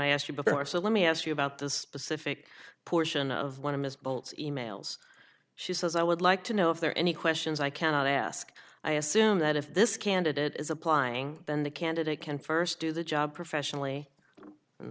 i asked you but there are so let me ask you about this specific portion of one of ms bolt emails she says i would like to know if there are any questions i can ask i assume that if this candidate is applying then the candidate can first do the job professionally and